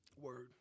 Word